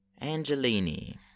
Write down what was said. Angelini